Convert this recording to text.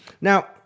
Now